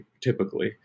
typically